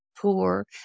poor